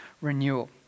renewal